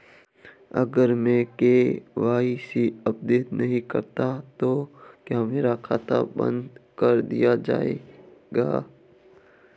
अगर मैं KYC update नहीं करता तो क्या मेरा खाता बंद कर दिया जाएगा?